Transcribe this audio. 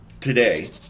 today